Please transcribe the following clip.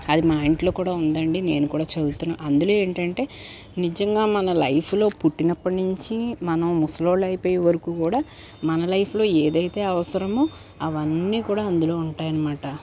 అది మా ఇంట్లో కూడా ఉందండి నేను కూడా చదువుతున్నాను అందులో ఏంటంటే నిజంగా మన లైఫ్లో పుట్టినప్పటినుంచి మనం ముసలోల్లు అయిపోయే వరకు కూడా మన లైఫ్లో ఏదైతే అవసరమో అవన్నీ కూడా అందులో ఉంటాయనమాట